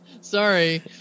Sorry